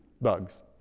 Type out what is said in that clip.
bugs